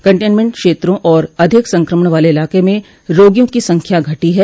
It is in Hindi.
कन्टेनमेंट क्षेत्रों और अधिक संक्रमण वाले इलाके में रोगियों की संख्या घटी है